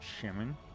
Shaman